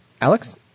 Alex